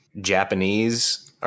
Japanese